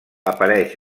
apareix